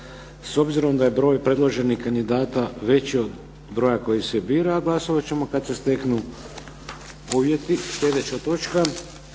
S obzirom da je broj predloženih kandidata veći od broja koji se bira glasovat ćemo kad se steknu uvjeti.